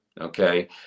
okay